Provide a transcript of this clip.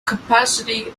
capacity